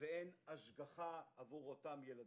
ואין השגחה עבור אותם ילדים.